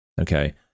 Okay